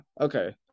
okay